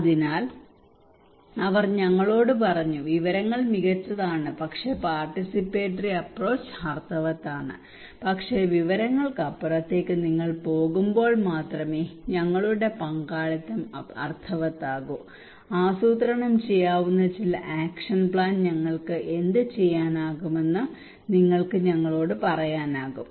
അതിനാൽ അവർ ഞങ്ങളോട് പറഞ്ഞു വിവരങ്ങൾ മികച്ചതാണ് പക്ഷേ പാർട്ടിസിപ്പറ്റോറി അപ്പ്രോച്ച് അർത്ഥവത്താണ് പക്ഷെ വിവരങ്ങൾക്ക് അപ്പുറത്തേക്ക് നിങ്ങൾ പോകുമ്പോൾ മാത്രമേ ഞങ്ങളുടെ പങ്കാളിത്തം അർത്ഥവത്താകൂ ആസൂത്രണം ചെയ്യാവുന്ന ചില ആക്ഷൻ പ്ലാൻ ഞങ്ങൾക്ക് എന്തുചെയ്യാനാകുമെന്ന് നിങ്ങൾക്ക് ഞങ്ങളോട് പറയാനാകും